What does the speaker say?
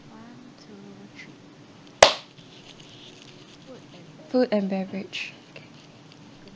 food and beverage okay